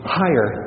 higher